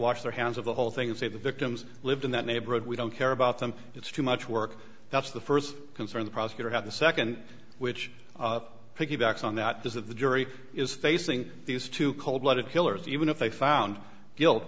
wash their hands of the whole thing and say the victims lived in that neighborhood we don't care about them it's too much work that's the first concern the prosecutor have the second which piggybacks on that is that the jury is they sing these two cold blooded killers even if they found guilt